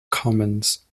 commons